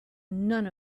none